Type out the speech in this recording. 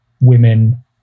women